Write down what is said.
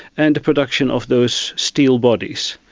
and the production of those steel bodies,